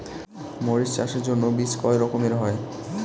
মরিচ চাষের জন্য বীজ কয় রকমের হয়?